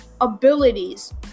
abilities